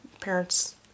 parents